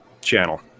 channel